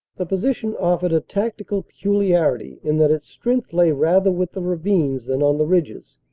the position offered a tactical peculiarity in that its strength lay rather with the ravines than on the ridges,